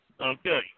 Okay